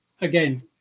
again